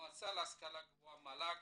המועצה להשכלה גבוהה, המל"ג,